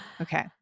Okay